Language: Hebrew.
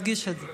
הוא הרגיש את זה.